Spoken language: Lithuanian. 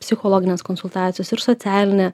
psichologinės konsultacijos ir socialinė